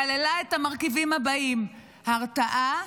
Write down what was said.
כללה את המרכיבים הבאים: הרתעה,